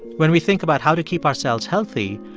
when we think about how to keep ourselves healthy,